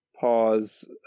pause